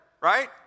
right